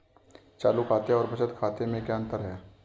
चालू खाते और बचत खाते में क्या अंतर है?